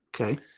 Okay